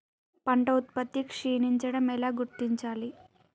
పంట ఉత్పత్తి క్షీణించడం ఎలా గుర్తించాలి?